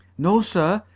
no, sir.